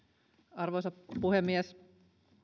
arvoisa puhemies